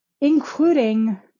including